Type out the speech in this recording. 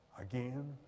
again